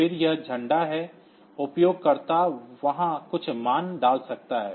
फिर यह झंडा है उपयोगकर्ता वहां कुछ मान डाल सकता है